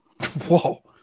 whoa